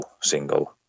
single